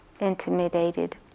intimidated